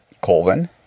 Colvin